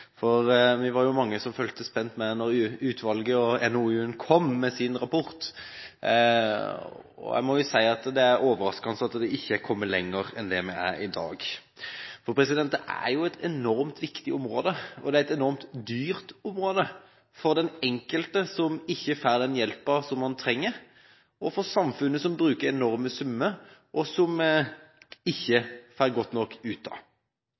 For vi var jo mange som fulgte spent med da utvalget kom med sin rapport, NOU-en, og jeg må si det er overraskende at det ikke er kommet lenger enn det er i dag. For dette er jo et enormt viktig område, og det er et enormt dyrt område – for den enkelte, som ikke får den hjelpen han trenger, og for samfunnet, som bruker enorme summer som vi ikke får nok ut av.